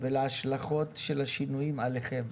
ולהשלכות של השינויים עליכם,